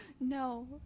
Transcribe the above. no